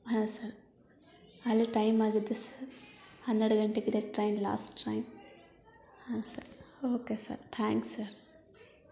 ಹಾಂ ಸರ್ ಆಗಲೇ ಟೈಮ್ ಆಗಿದೆ ಸರ್ ಹನ್ನೆರಡು ಗಂಟೆಗಿದೆ ಟ್ರೈನ್ ಲಾಸ್ಟ್ ಟ್ರೈನ್ ಹಾಂ sir okay sir thanks sir